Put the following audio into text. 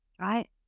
right